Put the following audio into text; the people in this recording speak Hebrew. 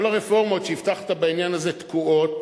כל הרפורמות שהבטחת בעניין הזה תקועות